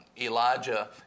Elijah